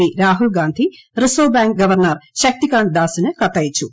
P Rahul Gandhi reserve bank governor Shaktikanta ദാസിന് കത്തയച്ചു